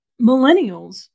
Millennials